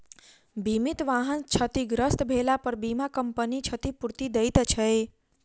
बीमित वाहन क्षतिग्रस्त भेलापर बीमा कम्पनी क्षतिपूर्ति दैत छै